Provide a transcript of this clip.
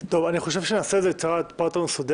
אני חושב שנעשה בצורה יותר מסודרת,